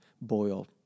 boil